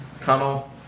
tunnel